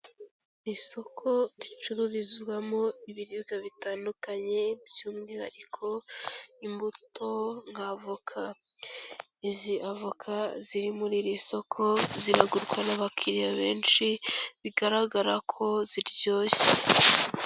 Isoko ricururizwamo ibiribwa bitandukanye by'umwihariko imbuto nk'avoka. Izi avoka ziri muri iri soko, ziragurwa n'abakiriya benshi, bigaragara ko ziryoshye.